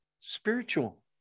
spiritual